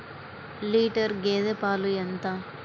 Litre గేదె పాలు ఎంత?